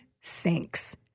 Sinks